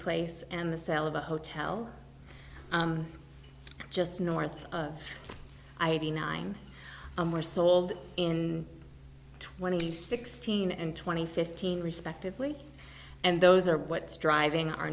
place and the sale of a hotel just north of i eighty nine were sold in twenty sixteen and twenty fifteen respectively and those are what's driving o